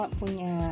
punya